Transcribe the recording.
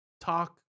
talk